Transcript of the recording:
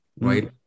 right